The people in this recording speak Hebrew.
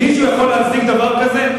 מישהו יכול להצדיק דבר כזה?